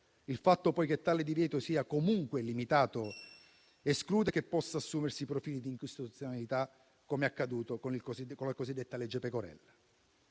Il fatto, poi, che tale divieto sia comunque limitato esclude che possano assumersi i profili di incostituzionalità, come è accaduto con la cosiddetta legge Pecorella.